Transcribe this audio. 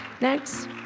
Next